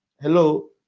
hello